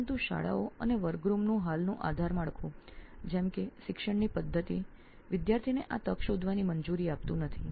પરંતુ શાળાઓ અને વર્ગખાંડનું હાલ નું આધાર માળખું જેમકે શિક્ષણની પદ્ધતિ વિદ્યાર્થીને આ તક શોધવાની મંજૂરી આપતું નથી